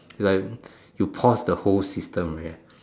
like you pause the whole system already right